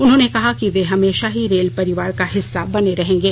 उन्होंने कहा कि वे हमेशा ही रेल परिवार का हिस्सा बने रहेंगे